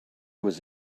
was